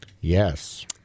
Yes